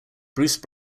bruce